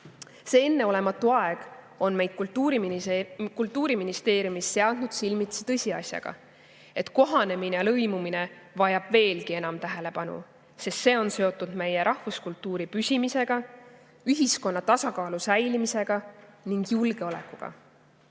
See enneolematu aeg on meid Kultuuriministeeriumis seadnud silmitsi tõsiasjaga, et kohanemine ja lõimumine vajavad veelgi enam tähelepanu, sest need on seotud meie rahvuskultuuri püsimisega, ühiskonna tasakaalu säilimisega ning julgeolekuga.